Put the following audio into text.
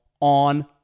on